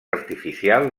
artificial